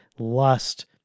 lust